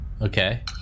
Okay